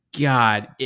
God